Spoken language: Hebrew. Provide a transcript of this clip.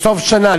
בסוף שנה,